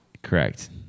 Correct